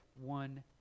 one